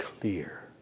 clear